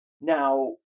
Now